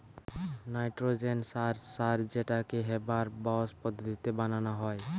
nitrogen সার সার যেটাকে হেবার বস পদ্ধতিতে বানানা হয়